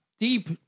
Deep